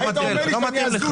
היית אומר לי שאני מגזים,